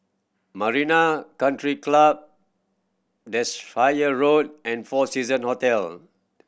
Marina Country Club fire Road and Four Season Hotel